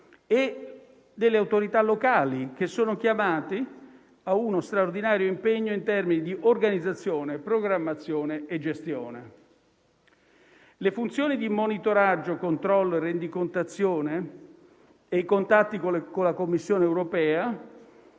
e delle autorità locali, che sono chiamati a uno straordinario impegno in termini di organizzazione, programmazione e gestione. Le funzioni di monitoraggio, controllo, rendicontazione e i contatti con la Commissione europea